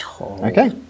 Okay